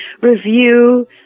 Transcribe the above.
review